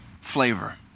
flavor